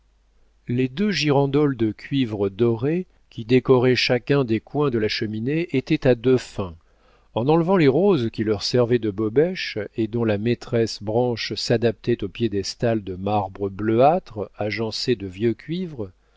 les deux girandoles de cuivre doré qui décoraient chacun des coins de la cheminée étaient à deux fins en enlevant les roses qui leur servaient de bobèches et dont la maîtresse branche s'adaptait au piédestal de marbre bleuâtre agencé de vieux cuivre